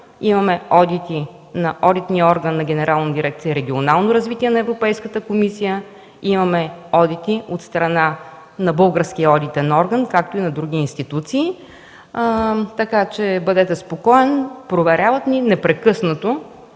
Имаме одити на одитния орган на Генерална дирекция „Регионално развитие” на Европейската комисия. Имаме одити от страна на българския одитен орган, както и на други институции. Така че бъдете спокоен, проверяват ни непрекъснато